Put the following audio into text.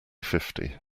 fifty